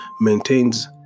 maintains